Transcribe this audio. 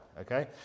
Okay